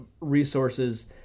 resources